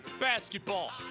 basketball